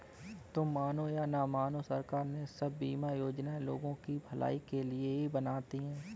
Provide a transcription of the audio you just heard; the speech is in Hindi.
तुम मानो या न मानो, सरकार ये सब बीमा योजनाएं लोगों की भलाई के लिए ही बनाती है